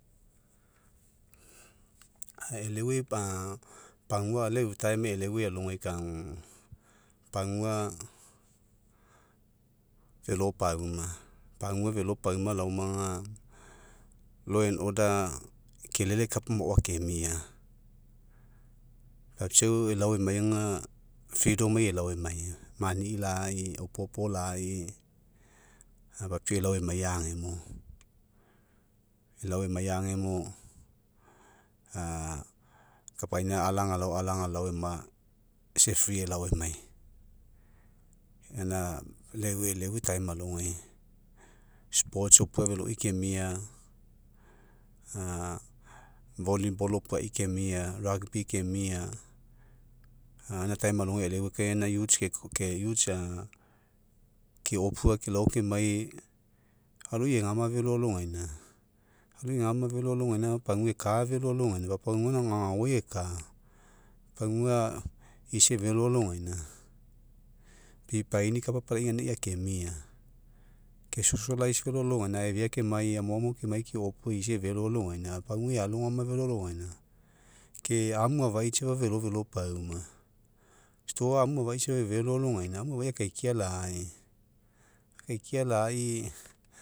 E'eleuai pagua leu time e'eleuai alogai kagu pagua felopauma. Pagua felopauma laoma aga, law and order kelele kapa maoai akemia. Papiau elao emai aga freedom ai elao emai, mani lai opopo lai papiau elao emai agemo. Elao emai agemo kapaina alagalao alagalao isa e'free elao emai. Gaina leu e'eleuai time alogai sports opuai kemia volleyball opuai kemia rugby kemia gaina time alogai e'eleuai ke gaina youths ke youths keopua kelao kemai aloi egama felo alogaina, aloi egama feloalogaina aga pagua eka feloalogaina. pagua gaina agaogai eka pagua isa efelo alogaina. Pipaini kapa apalai gaina akemia ke socialize feloalogaina aifea kemai amoamo kemai keopua isa efelo alogaina pagua ealogama feloalogaina ke amu afai safa felo felo pauma stoa amu afai safa efelo alogaina amu afai akaikia lai. Akaikia lai